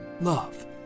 love